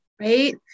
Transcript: right